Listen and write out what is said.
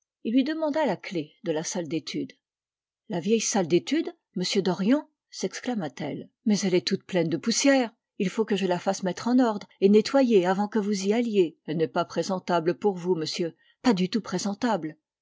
il lui demanda la clef de la salle d'étude la vieille salle d'étude monsieur dorian s'exclama t-elle mais elle est toute pleine de poussière il faut que je la fasse mettre en ordre et nettoyer avant que vous y alliez elle n'est pas présentable pour vous monsieur pas du tout présentable